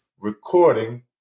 Recording